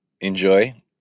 enjoy